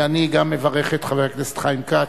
אני גם מברך את חבר הכנסת חיים כץ.